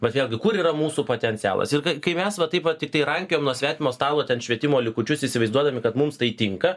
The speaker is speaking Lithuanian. vat vėlgi kur yra mūsų potencialas ir kai kai mes va taip va tiktai rankiojam nuo svetimo stalo ten švietimo likučius įsivaizduodami kad mums tai tinka